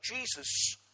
Jesus